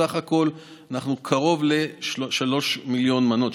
בסך הכול יש לנו קרוב ל-3 מיליון מנות,